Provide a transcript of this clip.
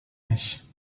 mich